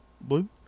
Blue